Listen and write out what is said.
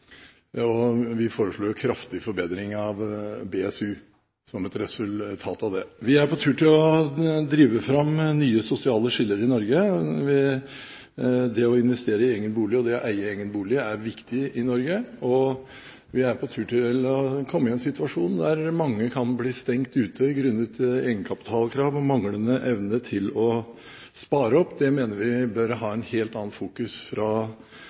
og vi foreslår en kraftig forbedring av BSU som et resultat av det. Vi er på tur til å drive fram nye sosiale skiller i Norge. Det å investere i egen bolig og eie egen bolig er viktig i Norge, og vi er på tur til å komme i en situasjon der mange kan bli stengt ute grunnet egenkapitalkrav og manglende evne til å spare opp. Det mener vi bør ha en helt annen fokus fra